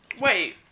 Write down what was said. Wait